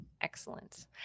Excellent